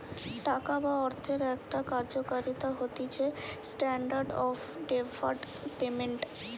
টাকা বা অর্থের একটা কার্যকারিতা হতিছেস্ট্যান্ডার্ড অফ ডেফার্ড পেমেন্ট